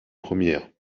première